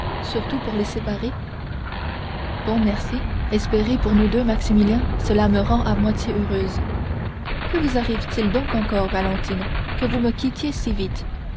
surtout pour les séparer bon merci espérez pour nous deux maximilien cela me rend à moitié heureuse que vous arrive-t-il donc encore valentine que vous me quittez si vite